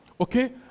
Okay